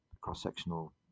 cross-sectional